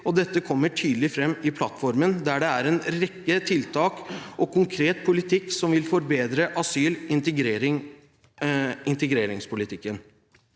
Dette kommer tydelig fram i plattformen, der det er en rekke tiltak og konkret politikk som vil forbedre asyl- og integreringspolitikken.